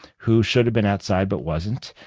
who should have been outside but wasn't.